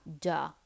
Duh